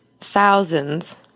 thousands